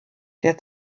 der